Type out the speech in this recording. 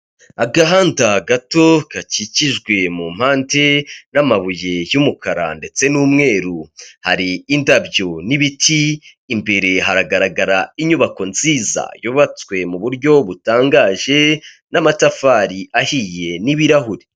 Agahanda gato gakikijwe mu mpande n'amabuye y'umukara ndetse n'umweru, hari indabyo n'ibiti imbere hagaragara inyubako nziza yubatswe mu buryo butangaje n'amatafari ahiye n'ibirahuri.